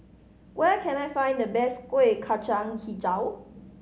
where can I find the best Kuih Kacang Hijau